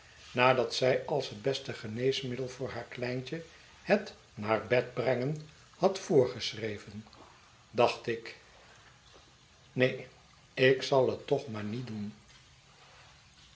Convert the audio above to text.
nadat zij als het beste geneesmiddel voor haar kleintje het naar bed brengen had voorgeschreven dacht ik neen ik zal het toch maar niet doen